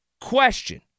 Question